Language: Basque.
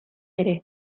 ere